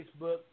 Facebook